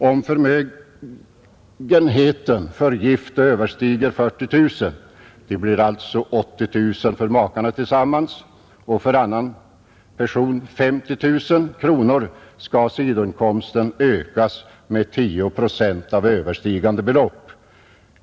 Om förmögenheten för gift överstiger 40 000 kronor — det blir alltså 80 000 kronor för makarna tillsammans — och för annan person 50 000 kronor, skall sidoinkomsten ökas med 10 procent av överstigande belopp.